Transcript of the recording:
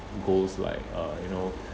goes like uh you know